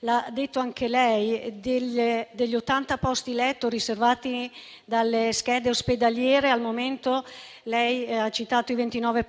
L'ha detto anche lei: degli 80 posti letto riservati dalle schede ospedaliere al momento lei ne ha citati 29,